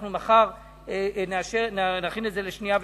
אנחנו מחר נכין את זה לקריאה שנייה ושלישית,